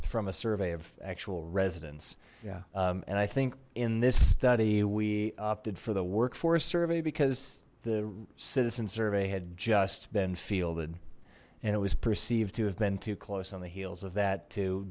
from a survey of actual residence yeah and i think in this study we opted for the workforce survey because the citizen survey had just been fielded and it was perceived to have been too close on the heels of that to